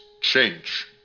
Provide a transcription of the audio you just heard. Change